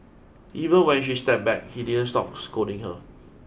even when she stepped back he didn't stop scolding her